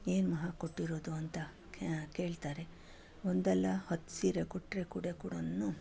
ಏನು ಮಹಾ ಕೊಟ್ಟಿರೋದು ಅಂತ ಕೇಳ್ತಾರೆ ಒಂದಲ್ಲ ಹತ್ತು ಸೀರೆ ಕೊಟ್ಟರೆ ಕೂಡ ಕೂಡಾನು